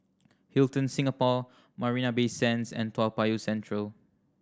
Hilton Singapore Marina Bay Sands and Toa Payoh Central